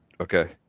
okay